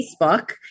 Facebook